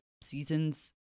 seasons